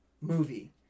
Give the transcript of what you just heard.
movie